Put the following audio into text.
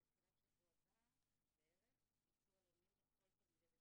בתחילת שבוע הבא בערך ייצאו עלונים לכל תלמידי